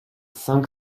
cinq